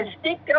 stick